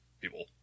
people